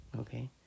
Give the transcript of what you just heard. Okay